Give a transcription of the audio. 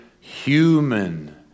human